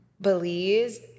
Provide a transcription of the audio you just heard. Belize